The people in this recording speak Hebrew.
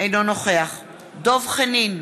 אינו נוכח דב חנין,